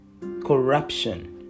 Corruption